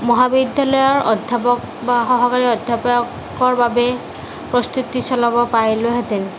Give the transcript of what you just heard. মহাবিদ্যালয়ৰ অধ্যাপক বা সহকাৰী অধ্যাপকৰ বাবে প্ৰস্তুতি চলাব পাৰিলোঁহেতেন